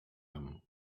him